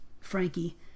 Frankie